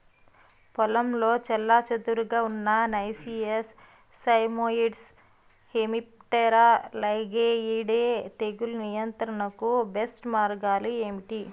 పొలంలో చెల్లాచెదురుగా ఉన్న నైసియస్ సైమోయిడ్స్ హెమిప్టెరా లైగేయిడే తెగులు నియంత్రణకు బెస్ట్ మార్గాలు ఏమిటి?